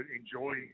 enjoy